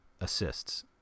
assists